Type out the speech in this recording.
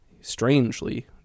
strangely